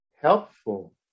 helpful